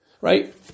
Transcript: right